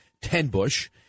Tenbush